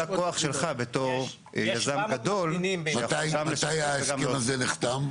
הכוח שלך בתור יזם גדול --- מתי ההסכם הזה נחתם?